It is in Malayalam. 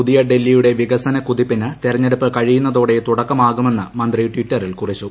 പുതിയ ഡൽഹിയുടെ വികസന കുതിപ്പിന് തെരഞ്ഞെടുപ്പ് കഴിയുന്നതോടെ തുടക്കമാകുമെന്ന് മന്ത്രി ് ടിറ്ററിൽ കുറിച്ചു